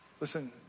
Listen